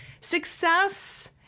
Success